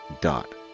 dot